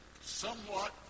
somewhat